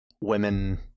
women